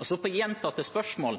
Så til tross for gjentatte spørsmål